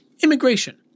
Immigration